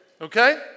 Okay